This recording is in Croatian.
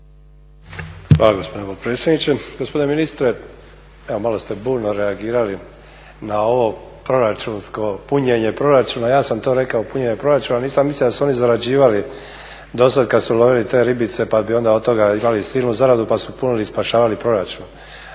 Hvala gospodine potpredsjedniče. Gospodine ministre, evo malo ste burno reagirali na ovo proračunsko punjenje proračuna, ja sam to rekao punjenje proračuna a nisam mislio da su oni zarađivali do sada kada su lovili te ribice pa bi onda od toga imali i silnu zaradu pa su punili i spašavali proračun.